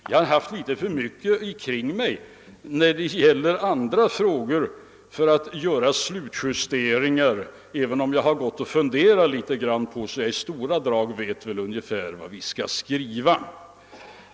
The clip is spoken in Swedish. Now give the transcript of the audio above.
Jag har haft litet för mycket kring mig av andra frågor för att kunna göra slutjusteringar, även om jag gått och funderat på saken och i stora drag vet vad vi skall skriva.